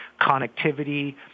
connectivity